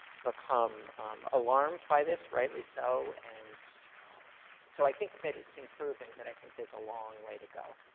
become alarmed by this, rightly so. and so i think that it's improving. but i think there's a long way to go.